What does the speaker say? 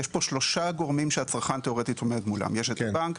יש פה שלושה גורמים שהצרכן תיאורטית עומד מולם: בנק,